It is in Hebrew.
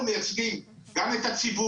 אנחנו מייצגים גם את הציבור,